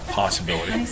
possibility